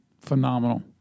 phenomenal